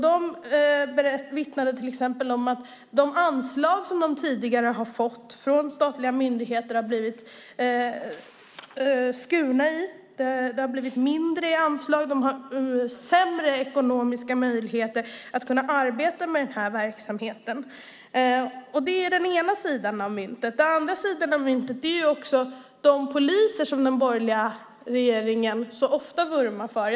De vittnade till exempel om att de anslag som de tidigare har fått från statliga myndigheter har skurits ned. De har fått mindre i anslag. De har sämre ekonomiska möjligheter att arbeta med den här verksamheten. Det är den ena sidan av myntet. Den andra sidan av myntet handlar om de poliser som den borgerliga regeringen vurmar för.